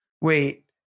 Wait